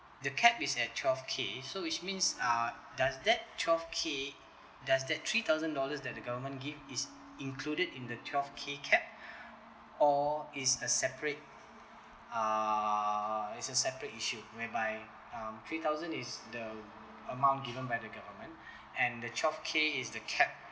the cap is at twelve K so which means uh does that twelve K does that three thousand dollars that the government give is included in the twelve K cap or it's a separate uh it's a separate issue whereby um three thousand is the amount given by the government and the twelve K is the cap